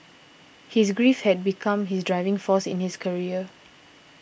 his grief had become his driving force in his career